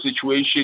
situation